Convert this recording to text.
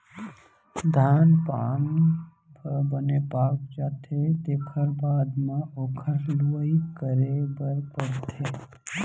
धान पान ह बने पाक जाथे तेखर बाद म ओखर लुवई करे बर परथे